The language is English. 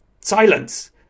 Silence